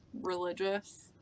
religious